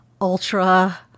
ultra